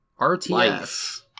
RTS